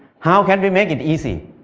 how can we make it easy?